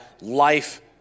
Life